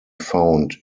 found